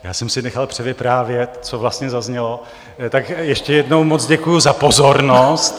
Já jsem si nechal převyprávět, co vlastně zaznělo, tak ještě jednou moc děkuji za pozornost.